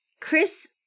Chris